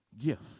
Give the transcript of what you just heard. gift